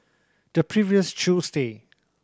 the previous Tuesday